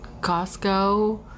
Costco